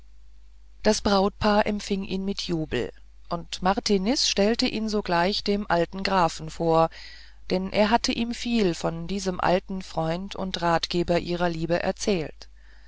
das brautpaar empfing ihn mit jubel und martiniz stellte ihn sogleich dem alten grafen vor denn er hatte ihm viel von diesem alten freund und ratgeber ihrer liebe erzählt